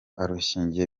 arushinganye